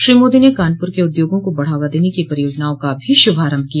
श्री मोदी ने कानपुर के उद्योगों को बढावा देने की परियोजनाओं का भी शुभारम्भ किया